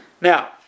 Now